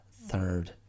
third